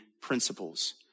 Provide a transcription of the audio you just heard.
principles